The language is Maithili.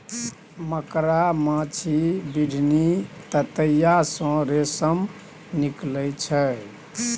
मकड़ा, माछी, बिढ़नी, ततैया सँ रेशम निकलइ छै